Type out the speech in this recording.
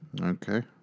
Okay